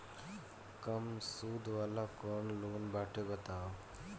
कम सूद वाला कौन लोन बाटे बताव?